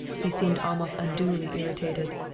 he seemed almost unduly irritated.